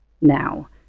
now